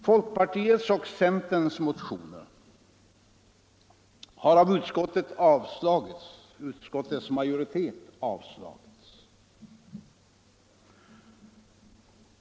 Folkpartiets och centerns motioner har av utskottsmajoriteten avstyrkts.